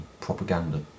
propaganda